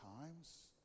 times